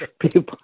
people